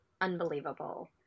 unbelievable